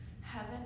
heaven